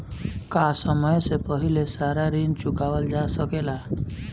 का समय से पहले सारा ऋण चुकावल जा सकेला?